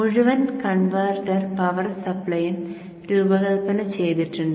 മുഴുവൻ converter power സപ്ലൈയും രൂപകൽപ്പന ചെയ്തിട്ടുണ്ട്